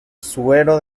suero